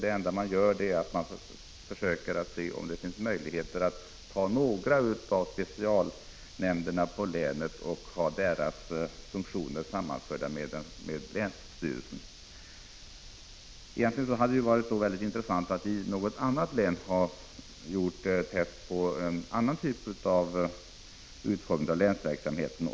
Det enda man gör är att man försöker se, om det finns möjligheter att ta några av specialnämnderna på länet och ha deras funktioner sammanförda med länsstyrelsen. Egentligen hade det varit väldigt intressant att i något annat län testa en annan typ av utformning av länsverksamheten.